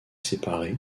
séparés